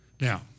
Now